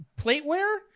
plateware